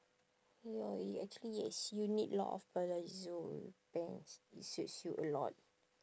ya it actually yes you need a lot of palazzo pants it suits you a lot